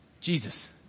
Jesus